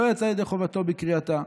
לא יצא ידי חובתו בקריאתה,